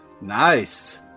Nice